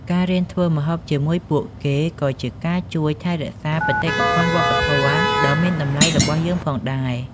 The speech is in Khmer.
ការរៀនធ្វើម្ហូបជាមួយពួកគេក៏ជាការជួយថែរក្សាបេតិកភណ្ឌវប្បធម៌ ដ៏មានតម្លៃរបស់យើងផងដែរ។